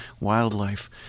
wildlife